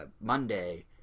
Monday